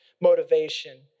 motivation